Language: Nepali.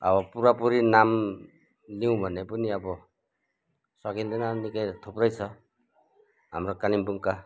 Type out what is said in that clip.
आबो पुरा पुरी नाम लिऊँ भने पनि अब सकिँदैन निकै थुप्रै छ हाम्रो कालिम्पोङका